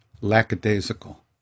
lackadaisical